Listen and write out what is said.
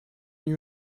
you